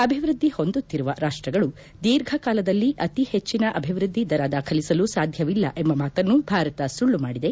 ಅಭಿವೃದ್ಧಿ ಹೊಂದುತ್ತಿರುವ ರಾಷ್ಟಗಳು ದೀರ್ಘಕಾಲದಲ್ಲಿ ಅತಿ ಹೆಚ್ಚನ ಅಭಿವೃದ್ಧಿ ದರ ದಾಖಲಿಸಲು ಸಾಧ್ಯವಿಲ್ಲ ಎಂಬ ಮಾತನ್ನು ಭಾರತ ಸುಳ್ಳು ಮಾಡಿದೆ